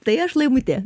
tai aš laimutė